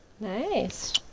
nice